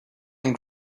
and